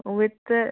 हुवे त